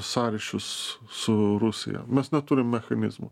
sąryšius su rusija mes neturim mechanizmo